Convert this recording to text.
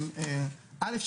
אל"ף,